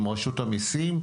עם רשות המיסים,